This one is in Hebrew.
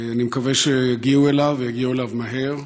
אני מקווה שיגיעו אליו, ויגיעו אליו מהר.